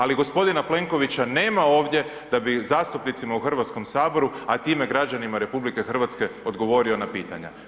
Ali, gospodina Plenkovića nema ovdje da bi zastupnicima u Hrvatskom saboru, a time i građanima RH, odgovorio na pitanja.